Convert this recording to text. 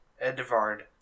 Edvard